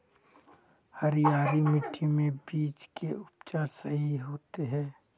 हरिया मिट्टी में बीज के उपज सही होते है?